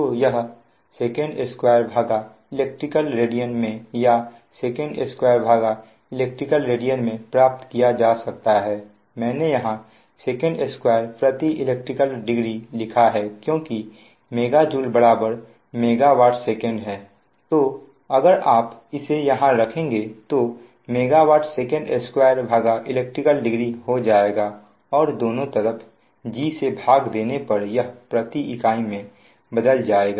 तो यह sec2elect radian में या sec2 elect degree में प्राप्त किया जा सकता है मैंने यहां sec2 elect degree लिखा है क्योंकि MJ MW Sec है तो अगर आप इसे यहां रखेंगे तो MW sec2 elect degree हो जाएगा और दोनों तरफ G से भाग देने पर यह प्रति इकाई में बदल जाएगा